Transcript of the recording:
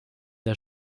der